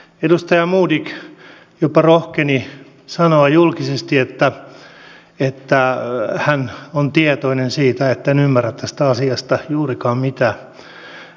edustaja modig jopa rohkeni sanoa julkisesti että hän on tietoinen siitä että en ymmärrä tästä asiasta juurikaan mitään